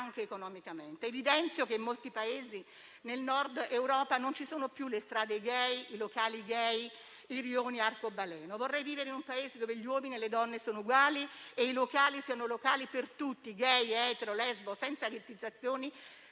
anche economicamente. Evidenzio che in molti Paesi, nel Nord Europa, non ci sono più le strade e i locali *gay* o i rioni cosiddetti arcobaleno. Vorrei vivere in un Paese dove gli uomini e le donne sono uguali e i locali sono per tutti - *gay*, etero o lesbo - senza ghettizzazioni